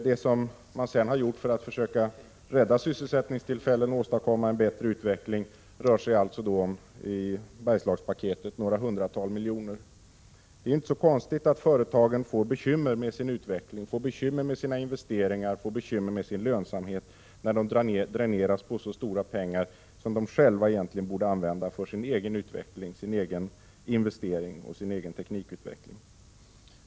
Det som man sedan har satsat för att försöka rädda sysselsättningstillfällen och åstadkomma en bättre utveckling rör sig i Bergslagspaketet om några hundratal miljoner. Det är inte så konstigt att företagen får bekymmer med sin utveckling, sina investeringar och sin lönsamhet, när de dräneras på så stora pengar som de själva egentligen borde få använda för sin egen utveckling, sina egna investeringar och sin egen teknikutveckling.